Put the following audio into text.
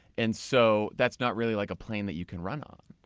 and so that's not really like a plane that you can run on.